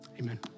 Amen